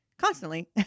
constantly